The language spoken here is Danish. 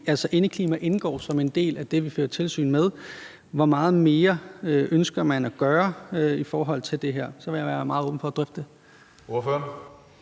indeklimaet indgår som en del af det, vi fører tilsyn med. Hvor meget mere ønsker man at gøre i forhold til det her? Det vil jeg være meget åben over for at drøfte.